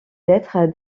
lettres